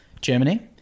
Germany